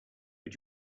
but